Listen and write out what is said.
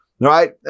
right